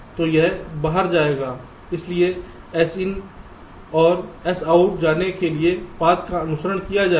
तो यह बाहर जाएगा इसलिए Sin से Sout जाने के लिए पथ का अनुसरण किया जाएगा